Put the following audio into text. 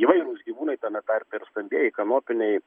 įvairūs gyvūnai tame tarpe ir stambieji kanopiniai